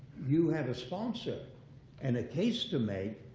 you have a sponsor and a case to make,